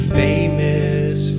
famous